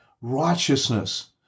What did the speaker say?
righteousness